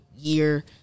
Year